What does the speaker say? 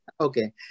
Okay